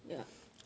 yup